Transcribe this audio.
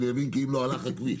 כי אם לא, הלך הכביש.